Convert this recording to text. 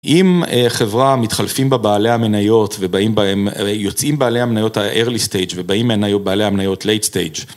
אם חברה מתחלפים בה בעלי המניות ובאים בהם, יוצאים בעלי המניות ה-Early Stage ובאים בעלי המניות Late Stage.